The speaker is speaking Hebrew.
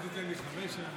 ואם אבקש חמש?